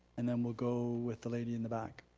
and then we'll go with the lady in the back.